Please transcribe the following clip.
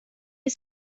است